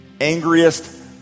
angriest